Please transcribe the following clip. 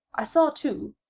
i saw, too,